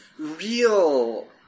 real